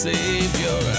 Savior